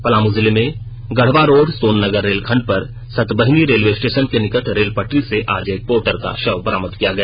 पलामू जिले में गढ़वारोड सोननगर रेलखंड पर सतबहिनी रेलवे स्टेशन के निकट रेल पटरी से आज एक पोर्टर का शव बरामद किया गया